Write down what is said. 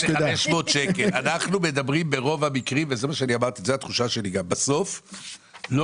ברוב המקרים וזו גם התחושה שלי - לא מדובר